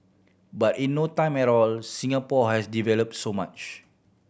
but in no time at all Singapore has develop so much